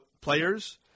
players